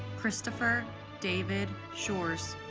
christopher david shores